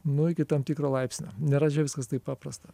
nu iki tam tikro laipsnio nėra viskas taip paprasta